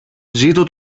ζήτω